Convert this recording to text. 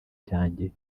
cyanjye